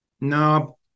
No